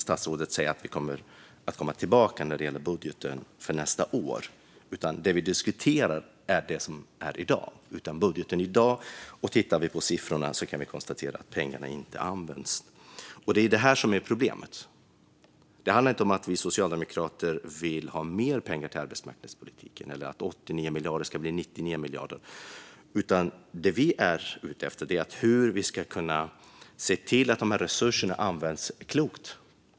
Statsrådet säger att man kommer att komma tillbaka när det gäller budgeten för nästa år. Det vi diskuterar är det som är i dag. Tittar vi på siffrorna i budgeten i dag kan vi konstatera att pengarna inte används. Det är detta som är problemet. Det handlar inte om att vi socialdemokrater vill ha mer pengar till arbetsmarknadspolitiken eller att 89 miljarder ska bli 99 miljarder. Det vi är ute efter är att man ska kunna se till att de här resurserna används klokt.